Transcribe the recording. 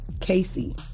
Casey